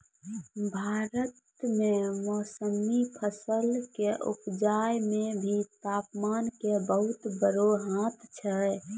भारत मॅ मौसमी फसल कॅ उपजाय मॅ भी तामपान के बहुत बड़ो हाथ छै